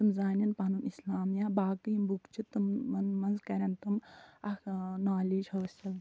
تِم زانن پنُن اِسلام یا باقٕے یِم بُکہٕ چھِ تِمن منٛز کَرن تِم اکھ نالیج حٲصِل